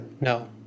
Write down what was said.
No